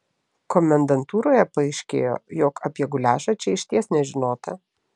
komendantūroje paaiškėjo jog apie guliašą čia išties nežinota